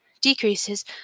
Decreases